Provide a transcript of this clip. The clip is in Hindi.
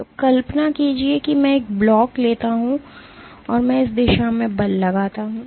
तो कल्पना कीजिए कि मैं एक ब्लॉक लेता हूं और मैं इस दिशा में बल लगाता हूं